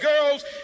girls